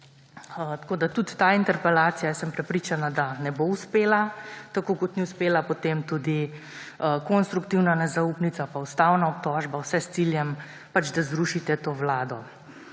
politike. Ta interpelacija, jaz sem prepričana, ne bo uspela, tako kot ni uspela potem tudi konstruktivna nezaupnica pa ustavna obtožba, vse s ciljem, da zrušite to vlado.